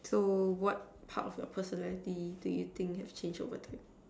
so what part of your personality do you think have changed over time